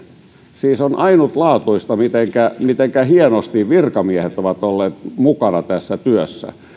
siis on ainutlaatuista mitenkä mitenkä hienosti virkamiehet ovat olleet mukana tässä työssä